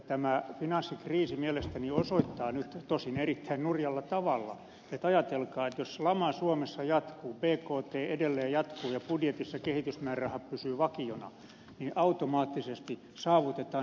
tämä finanssikriisi mielestäni osoittaa nyt tosin erittäin nurjalla tavalla ajatelkaa että jos lama suomessa jatkuu bkt edelleen laskee ja budjetissa kehitysmäärärahat pysyvät vakiona että automaattisesti saavutetaan nämä prosentit